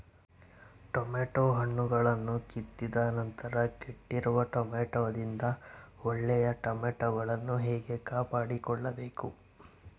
Tomato ಹಣ್ಣುಗಳನ್ನು ಕಿತ್ತಿದ ನಂತರ ಕೆಟ್ಟಿರುವ ಟೊಮೆಟೊದಿಂದ ಒಳ್ಳೆಯ ಟೊಮೆಟೊಗಳನ್ನು ಹೇಗೆ ಕಾಪಾಡಿಕೊಳ್ಳಬೇಕು?